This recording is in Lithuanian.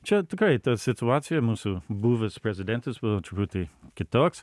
čia tikrai ta situacija mūsų buvęs prezidentas buvo truputį kitoks